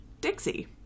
Dixie